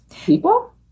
People